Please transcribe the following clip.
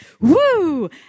woo